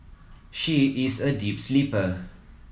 she is a deep sleeper